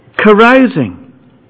Carousing